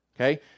Okay